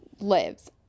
lives